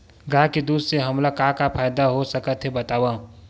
गाय के दूध से हमला का का फ़ायदा हो सकत हे बतावव?